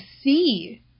see